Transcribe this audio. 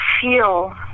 feel